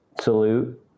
Salute